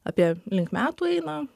apie link metų eina